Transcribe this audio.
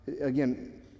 again